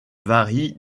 varie